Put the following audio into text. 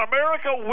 America